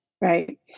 right